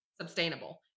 sustainable